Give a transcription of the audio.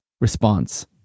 response